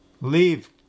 Leave